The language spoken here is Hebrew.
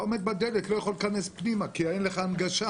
אתה לא יכול להיכנס פנימה כי אין לך הנגשה.